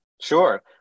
sure